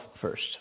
first